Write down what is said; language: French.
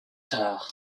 tard